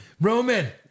Roman